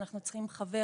אנחנו צריכים חבר,